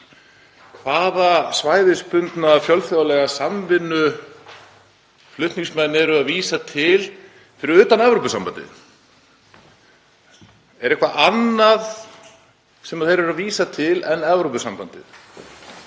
Hvaða svæðisbundnu, fjölþjóðlegu samvinnu vísa flutningsmenn til fyrir utan Evrópusambandið? Er eitthvað annað sem þeir eru að vísa til en Evrópusambandið?